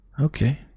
Okay